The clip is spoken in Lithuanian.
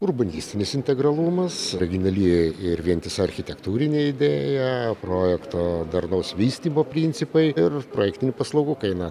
urbanistinis integralumas originali ir vientisa architektūrinė idėja projekto darnaus vystymo principai ir praktinių paslaugų kaina